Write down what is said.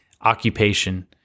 occupation